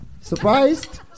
Surprised